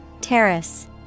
Terrace